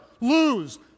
lose